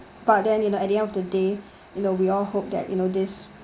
but then you know at the end of the day you know we all hope that you know this